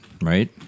right